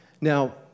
Now